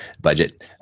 budget